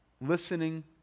listening